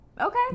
okay